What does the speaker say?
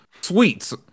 sweets